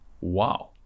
wow